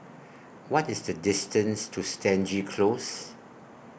What IS The distance to Stangee Close